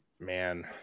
Man